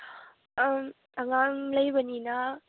ꯑꯪ ꯑꯉꯥꯡ ꯂꯩꯕꯅꯤꯅ